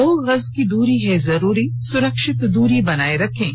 दो गज की दूरी है जरूरी सुरक्षित दूरी बनाए रखें